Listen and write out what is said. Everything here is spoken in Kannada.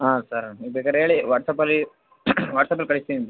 ಹಾಂ ಸರ್ ನೀವು ಬೇಕಾರೆ ಹೇಳಿ ವಾಟ್ಸ್ಆ್ಯಪಲ್ಲಿ ವಾಟ್ಸ್ಆ್ಯಪಲ್ಲಿ ಕಳಿಸ್ತೀವಿ ನಿಮಗೆ